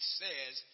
says